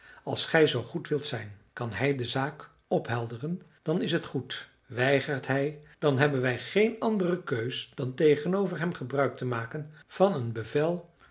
als gij zoo goed wilt zijn kan hij de zaak ophelderen dan is t goed weigert hij dan hebben wij geen andere keus dan tegenover hem gebruik te maken van een bevel